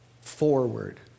forward